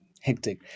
Hectic